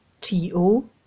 T-O